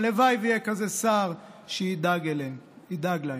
הלוואי שיהיה כזה שר שידאג להם.